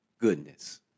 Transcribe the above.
Goodness